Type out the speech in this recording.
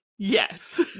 Yes